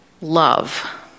love